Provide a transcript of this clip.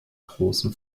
großen